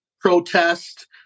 protest